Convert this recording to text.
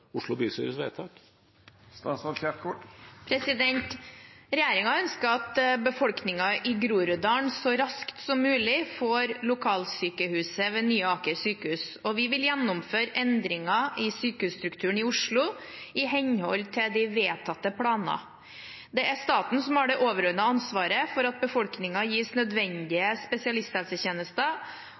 Oslo bystyrets vedtak?» Regjeringen ønsker at befolkningen i Groruddalen så raskt som mulig får lokalsykehuset ved Nye Aker sykehus, og vi vil gjennomføre endringer i sykehusstrukturen i Oslo i henhold til vedtatte planer. Det er staten som har det overordnede ansvaret for at befolkningen gis nødvendige spesialisthelsetjenester.